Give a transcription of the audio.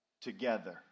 together